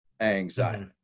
anxiety